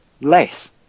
less